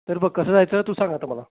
तर बघ कसं जायचं तू सांग आता मला